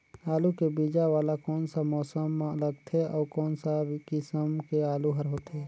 आलू के बीजा वाला कोन सा मौसम म लगथे अउ कोन सा किसम के आलू हर होथे?